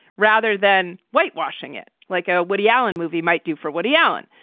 rather than whitewashing it like a woody allen movie might do for woody allen.